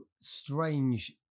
strange